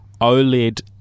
OLED